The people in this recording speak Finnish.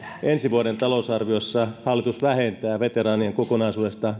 ensi vuoden talousarviossa hallitus vähentää veteraanien kokonaisuudesta